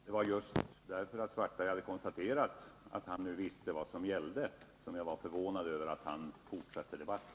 Herr talman! Det var just därför att Karl-Erik Svartberg hade konstaterat att han nu visste vad som gällde som jag var förvånad över att han fortsatte debatten.